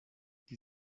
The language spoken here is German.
die